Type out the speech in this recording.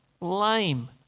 Lame